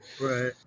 Right